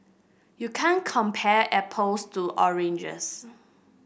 you can't compare apples to oranges